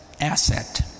asset